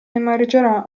emergerà